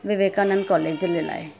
Vivekananda college जे लाइ